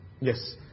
Yes